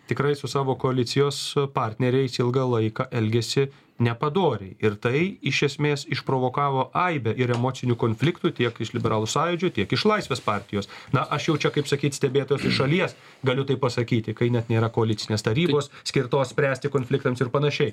tikrai su savo koalicijos partneriais ilgą laiką elgėsi nepadoriai ir tai iš esmės išprovokavo aibę ir emocinių konfliktų tiek iš liberalų sąjūdžio tiek iš laisvės partijos na aš jau čia kaip sakyt stebėtojas iš šalies galiu taip pasakyti kai net nėra koalicinės tarybos skirtos spręsti konfliktams ir panašiai